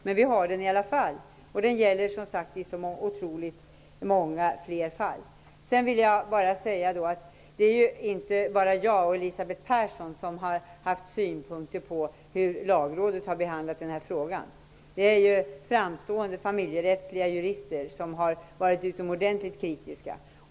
Men vi har den i alla fall, och den gäller i så otroligt många fler fall. Det är inte bara jag och Elisabeth Persson som har haft synpunkter på hur Lagrådet har behandlat denna fråga, utan också framstående familjerättsliga jurister som har varit utomordentligt kritiska.